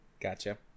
Gotcha